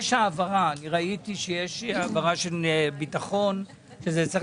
ראיתי שיש העברה של משרד הביטחון וזה צריך